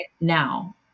now